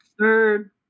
third